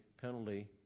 penalty